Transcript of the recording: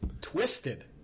twisted